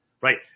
right